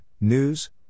news